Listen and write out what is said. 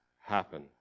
happen